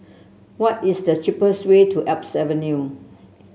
what is the cheapest way to Alps Avenue